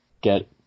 get